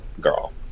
girl